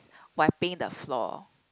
wiping the floor